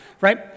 right